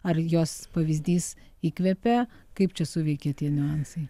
ar jos pavyzdys įkvepė kaip čia suveikė tie niuansai